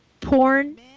Porn